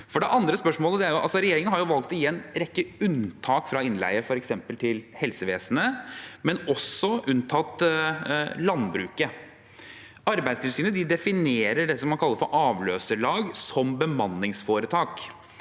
svar. Det andre spørsmålet: Regjeringen har valgt å gi en rekke unntak fra innleie, f.eks. til helsevesenet, og har også unntatt landbruket. Arbeidstilsynet definerer det man kaller for avløserlag, som bemanningsforetak